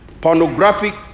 Pornographic